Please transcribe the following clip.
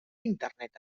internet